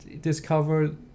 discovered